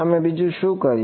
અમે બીજું શું કર્યું